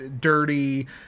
dirty